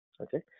Okay